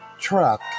truck